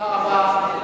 תודה רבה.